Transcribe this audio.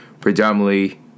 predominantly